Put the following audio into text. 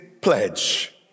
pledge